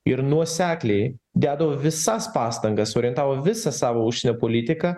ir nuosekliai dedavo visas pastangas orientavo visą savo užsienio politiką